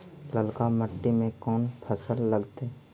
ललका मट्टी में कोन फ़सल लगतै?